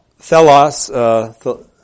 thelos